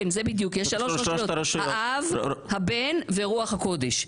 כן, בדיוק, יש שלוש רשויות, האב, הבן ורוח הקודש.